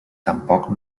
tampoc